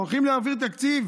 הולכים להעביר תקציב